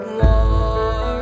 war